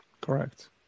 Correct